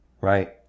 Right